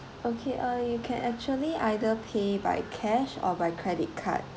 okay uh you can actually either pay by cash or by credit card